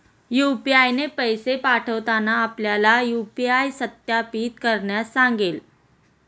UPI ने पैसे पाठवताना आपल्याला यू.पी.आय सत्यापित करण्यास सांगेल